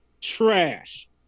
trash